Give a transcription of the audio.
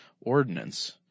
ordinance